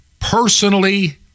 personally